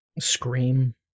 Scream